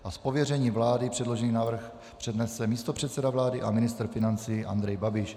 A z pověření vlády předložený návrh přednese místopředseda vlády a ministr financí Andrej Babiš.